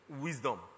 wisdom